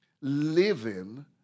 living